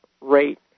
rate